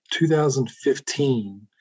2015